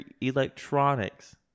electronics